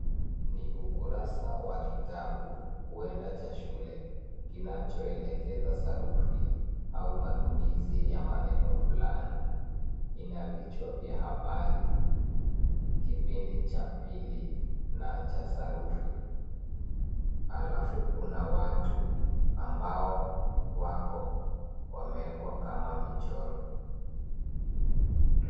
Ni ukurasa wa kitabu, huenda cha shule kinachoelekeza sarufi au matumizi ya maneno fulani. Ina vichwa vya habari, kipindi cha pili cha sarufi. Alafu kuna watu ambao wako wameekwa kama michoro.